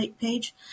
page